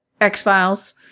X-Files